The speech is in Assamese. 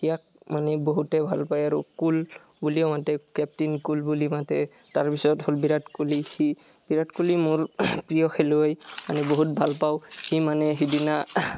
ইয়াক মানে বহুতে ভাল পায় আৰু কুল বুলিও মাতে কেপ্তেইন কুল বুলি মাতে তাৰপিছত হ'ল বিৰাট কোহলী সি বিৰাট কোহলী মোৰ প্ৰিয় খেলুৱৈ মানে বহুত ভাল পাওঁ ইমানে সিদিনা